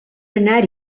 anar